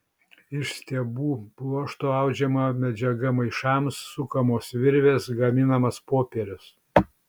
iš stiebų pluošto audžiama medžiaga maišams sukamos virvės gaminamas popierius